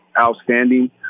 outstanding